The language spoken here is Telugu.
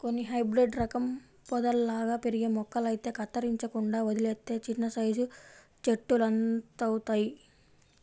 కొన్ని హైబ్రేడు రకం పొదల్లాగా పెరిగే మొక్కలైతే కత్తిరించకుండా వదిలేత్తే చిన్నసైజు చెట్టులంతవుతయ్